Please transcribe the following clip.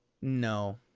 No